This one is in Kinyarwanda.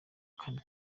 kane